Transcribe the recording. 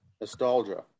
Nostalgia